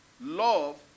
Love